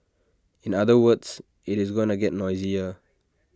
in other words IT is going to get noisier